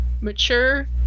mature